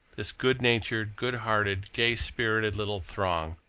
this good-natured, good-hearted, gay-spirited little throng,